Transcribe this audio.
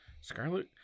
Scarlet